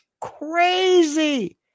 crazy